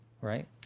right